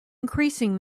increasing